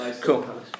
cool